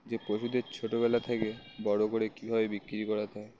যে পশুদের ছোটোবেলা থেকে বড়ো করে কীভাবে বিক্রি করতো